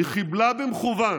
היא חיבלה במכוון